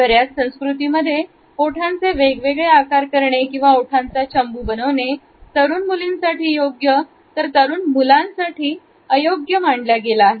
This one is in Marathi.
बऱ्याच संस्कृतीमध्ये ओठांचे वेगवेगळे आकार करणे किंवा ओठांचा चंबू बनवणे तरुण मुलींसाठी योग्य तर तरुण मुलांसाठी अयोग्य मांडल्या गेला आहे